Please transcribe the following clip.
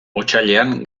otsailean